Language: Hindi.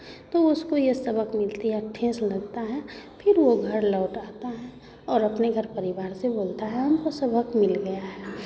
तो उसको ये सबक मिलती है ठेस लगता है फिर वो घर लौट आता है और अपने घर परिवार से बोलता है हमको सबक मिल गया है